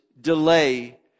delay